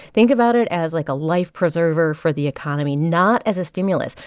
think about it as, like, a life preserver for the economy not as a stimulus.